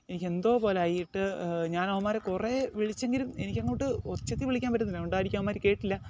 എനിക്ക് എന്തോപോലെ ആയിട്ട് ഞാൻ അവന്മാരെ കുറേ വിളിച്ചെങ്കിലും എനിക്ക് അങ്ങോട്ട് ഉച്ചത്തിൽ വിളിക്കാൻ പറ്റുന്നില്ല അഒണ്ടായിരിക്കാം അവന്മാർ കേട്ടില്ല